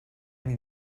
need